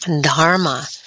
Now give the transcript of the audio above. dharma